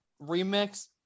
remix